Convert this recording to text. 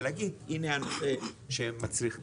ולהגיד הנה הנושא שמצריך טיפול.